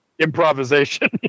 improvisation